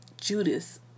Judas